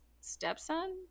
stepson